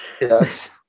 Yes